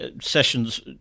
Sessions –